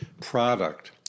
product